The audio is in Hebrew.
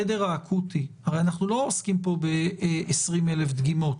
אנחנו לא עוסקים פה ב-20,000 דגימות,